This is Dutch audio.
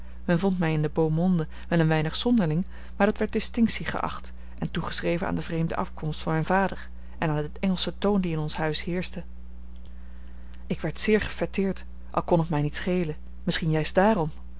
men vond mij in de beau monde wel een weinig zonderling maar dat werd distinctie geacht en toegeschreven aan de vreemde afkomst van mijn vader en aan den engelschen toon die in ons huis heerschte ik werd zeer gefêteerd al kon het mij niet schelen misschien juist daarom